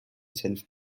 self